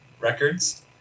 Records